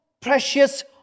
precious